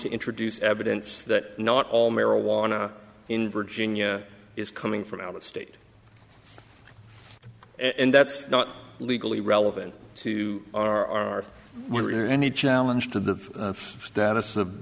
to introduce evidence that not all marijuana in virginia is coming from out of state and that's not legally relevant to our were there any challenge to the status of